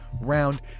Round